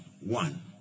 One